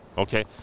Okay